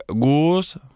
goose